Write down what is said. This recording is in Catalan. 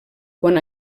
quan